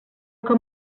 que